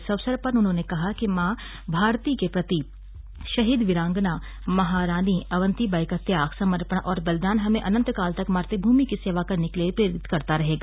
इस अवसर पर उन्होंने कहा कि मां भारती के प्रति शहीद वीरांगना महारानी अवंतीबाई का त्याग समर्पण और बलिदान हमें अनंतकाल तक मातृभूमि की सेवा के लिए प्रेरित करता रहेगा